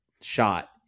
shot